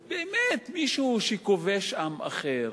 באמת, מישהו שכובש עם אחר